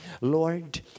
Lord